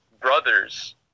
brothers